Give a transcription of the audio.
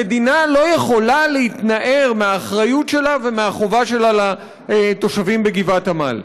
המדינה לא יכולה להתנער מהאחריות שלה ומהחובה שלה לתושבים בגבעת עמל.